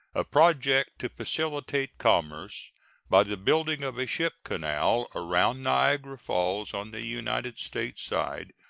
a project to facilitate commerce by the building of a ship canal around niagara falls, on the united states side,